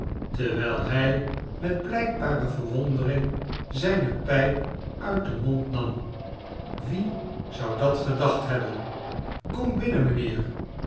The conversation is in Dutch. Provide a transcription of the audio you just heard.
terwijl hij met blijkbare verwondering zijne pijp uit den mond nam awie zoudat gedacht hebben kom binnen mijnheer